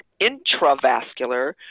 intravascular